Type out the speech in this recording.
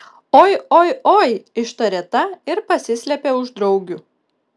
oi oi oi ištarė ta ir pasislėpė už draugių